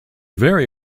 very